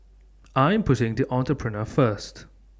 I'm putting the Entrepreneur First